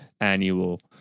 annual